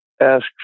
ask